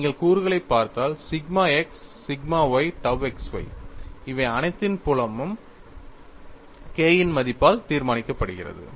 நீங்கள் கூறுகளைப் பார்த்தால் sigma x sigma y tau xy இவை அனைத்தின் பலமும் K இன் மதிப்பால் தீர்மானிக்கப்படுகிறது